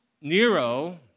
Nero